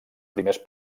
primers